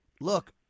look